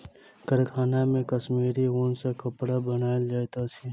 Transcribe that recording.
कारखाना मे कश्मीरी ऊन सॅ कपड़ा बनायल जाइत अछि